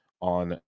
on